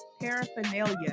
Paraphernalia